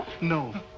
No